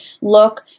look